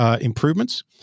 improvements